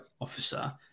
officer